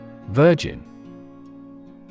Virgin